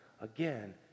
again